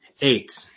Eight